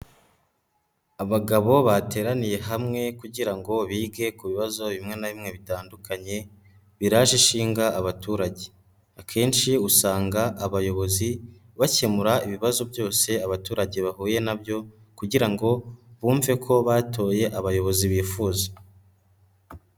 Abagabo bateraniye hamwe kugira ngo bige ku bibazo bimwe na bimwe bitandukanye biraje ishinga abaturage, akenshi usanga abayobozi bakemura ibibazo byose abaturage bahuye na byo kugira ngo bumve ko batoye abayobozi bifuza.